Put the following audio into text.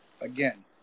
again